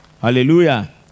Hallelujah